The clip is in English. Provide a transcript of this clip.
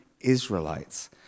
Israelites